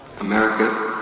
America